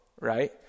right